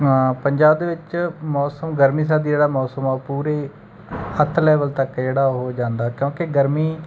ਪੰਜਾਬ ਦੇ ਵਿੱਚ ਮੌਸਮ ਗਰਮੀ ਸਰਦੀ ਵਾਲਾ ਮੌਸਮ ਪੂਰੇ ਅੱਤ ਲੈਵਲ ਤੱਕ ਹੈ ਜਿਹੜਾ ਉਹ ਜਾਂਦਾ ਕਿਉਂਕਿ ਗਰਮੀ